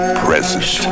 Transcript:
present